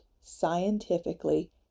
scientifically